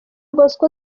bosco